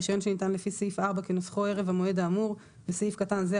רישיון שניתן לפי סעיף 4 כנוסחו ערב המועד האמור (בסעיף קטן זה,